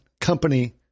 Company